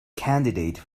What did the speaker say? candidate